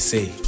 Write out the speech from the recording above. Say